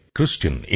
Christian